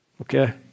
Okay